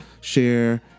share